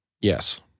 Yes